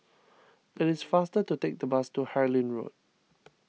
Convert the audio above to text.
it is faster to take the bus to Harlyn Road